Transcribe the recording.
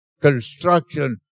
Construction